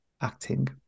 acting